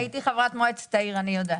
הייתי חברת מועצת העיר, אני יודעת.